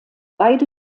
beide